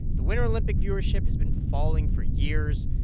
the winter olympic viewership has been falling for years,